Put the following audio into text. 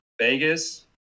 Vegas